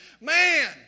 man